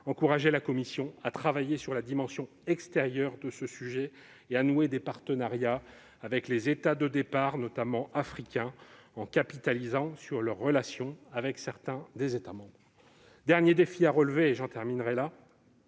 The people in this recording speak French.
encourager la Commission à travailler sur la dimension extérieure de ce sujet et à nouer des partenariats avec les États de départ, notamment africains, en capitalisant sur leur relation avec certains États membres. Dernier défi à relever : nourrir